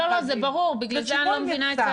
זה ברור, בגלל זה אני לא מבינה.